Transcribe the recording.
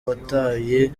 watwaye